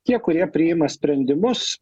tie kurie priima sprendimus